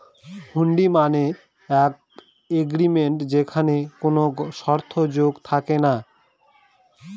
হুন্ডি মানে এক এগ্রিমেন্ট যেখানে কোনো শর্ত যোগ থাকে না